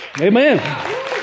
Amen